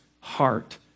heart